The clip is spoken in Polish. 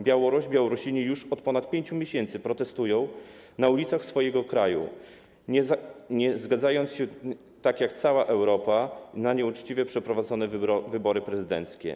Białoruś, Białorusini już od ponad 5 miesięcy protestują na ulicach swojego kraju, nie zgadzając się tak jak cała Europa na nieuczciwie przeprowadzone wybory prezydenckie.